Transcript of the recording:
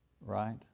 Right